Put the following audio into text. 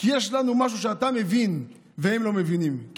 כי יש לנו משהו שאתה מבין והם לא מבינים.